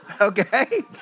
Okay